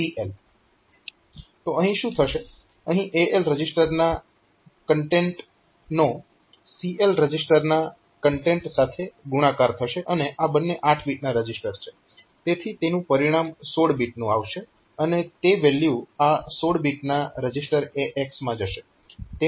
તો અહીં શું થશે અહીં AL રજીસ્ટરના કન્ટેન્ટનો CL રજીસ્ટરના કન્ટેન્ટ સાથે ગુણાકાર થશે અને આ બંને 8 બીટના રજીસ્ટર છે તેથી તેનું પરિણામ 16 બીટનું આવશે અને તે વેલ્યુ આ 16 બીટના રજીસ્ટર AX માં જશે